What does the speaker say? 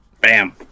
Bam